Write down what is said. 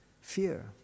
Fear